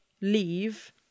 leave